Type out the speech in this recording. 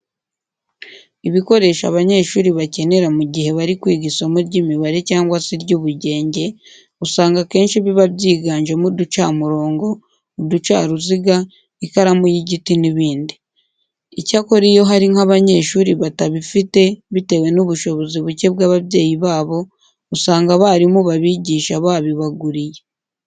Ibikoresho abanyeshuri bakenera mu gihe bari kwiga isomo ry'imibare cyangwa se iry'ubugenge usanga akenshi biba byiganjemo uducamurongo, uducaruziga, ikaramu y'igiti n'ibindi. Icyakora iyo hari nk'abanyeshuri batabifite bitewe n'ubushobozi buke bw'ababyeyi babo, usanga abarimu babigisha babibaguriye.